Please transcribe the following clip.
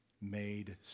made